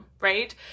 right